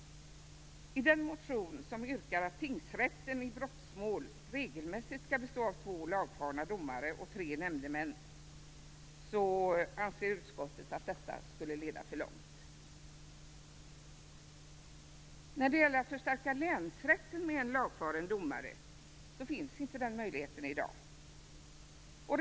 I en motion yrkas att tingsrätten i brottmål regelmässigt skall bestå av två lagfarna domare och tre nämndemän, men utskottet anser att det skulle leda för långt. I dag finns inte möjligheten att förstärka länsrätten med en lagfaren domare.